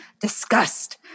disgust